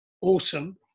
awesome